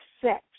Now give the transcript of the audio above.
six